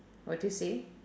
what you say